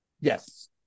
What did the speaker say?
Yes